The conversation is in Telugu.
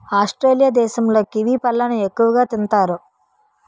ఆస్ట్రేలియా దేశంలో కివి పళ్ళను ఎక్కువగా తింతారు